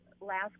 last